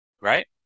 right